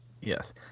yes